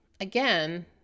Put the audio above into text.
again